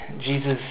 Jesus